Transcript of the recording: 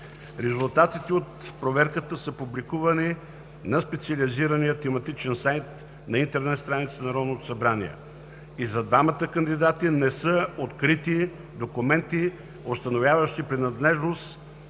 Резултатите от проверката са публикувани на специализирания тематичен сайт на интернет страницата на Народното събрание. И за двамата кандидати не са открити документи, установяващи принадлежност